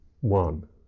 one